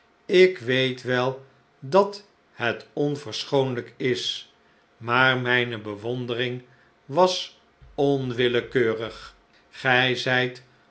ik weet wel dat het onverschoonlijk is maar mijne bewondering was onwillekeurig gij zijt